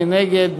מי נגד?